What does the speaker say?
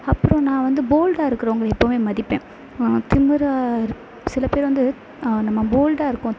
அப்புறம் நான் வந்து போல்டாக இருக்கிறவுங்கள எப்போவுமே மதிப்பேன் திமுராக இருப் சிலபேர் வந்து நம்ம போல்டாக இருக்கோம்